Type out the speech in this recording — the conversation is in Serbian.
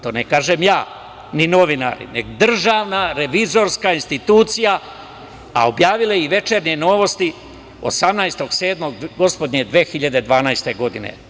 To ne kažem ja, ni novinari, nego Državna revizorska institucija, a objavile i „Večernje novosti“ 18. jula 2012. godine.